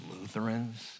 Lutherans